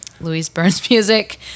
louise-burns-music